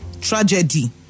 Tragedy